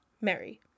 Mary